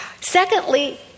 Secondly